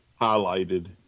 highlighted